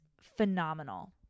phenomenal